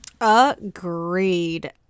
Agreed